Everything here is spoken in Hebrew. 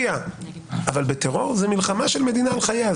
אבל בטרור זו מלחמה של מדינה על חייה,